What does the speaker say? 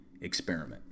experiment